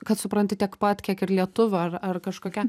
kad supranti tiek pat kiek ir lietuvių ar ar kažkokia